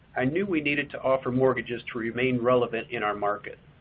i knew we needed to offer mortgages to remain relevant in our market.